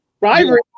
Rivalry